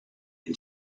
and